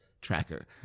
tracker